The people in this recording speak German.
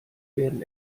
werden